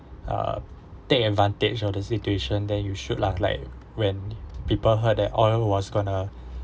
uh take advantage of the situation then you should lah like when people heard that oil was going to